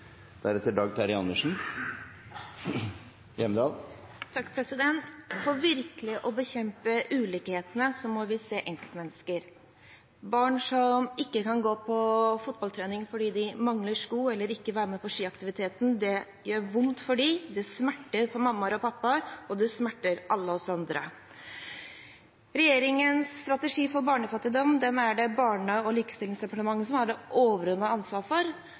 virkelig å bekjempe ulikhetene må vi se enkeltmennesker: barn som ikke kan gå på fotballtrening fordi de mangler sko, eller som ikke kan være med på skiaktiviteter. Det gjør vondt for dem, det smerter en mamma og en pappa, og det smerter alle oss andre. Regjeringens strategi for barnefattigdom er det Barne- og likestillingsdepartementet som har det overordnede ansvaret for,